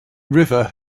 river